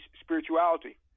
spirituality